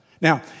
Now